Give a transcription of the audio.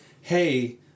Hey